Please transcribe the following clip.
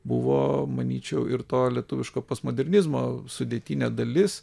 buvo manyčiau ir to lietuviško postmodernizmo sudėtinė dalis